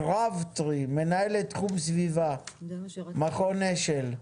קרבטרי, מנהלת תחום סביבה, מכון אשל,